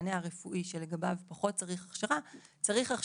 אלא על חוסר הבנה בסיסית במה שצריך לעשות ואיך לטפל.